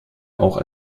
auch